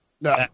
No